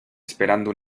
esperando